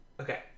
Okay